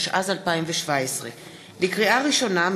התשע"ז 2017. לקריאה ראשונה,